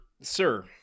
sir